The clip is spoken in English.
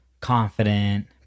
confident